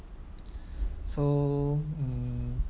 so mm